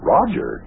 Roger